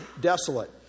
desolate